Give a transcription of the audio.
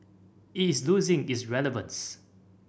it is losing its relevance